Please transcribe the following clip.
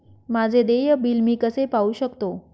माझे देय बिल मी कसे पाहू शकतो?